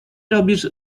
robisz